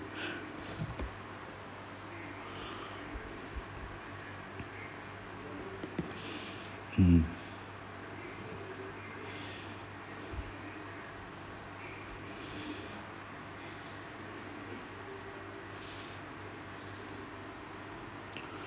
mm